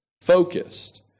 focused